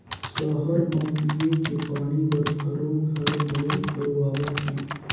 सहर म पिये के पानी बर घरों घर बोर करवावत हें